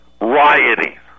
rioting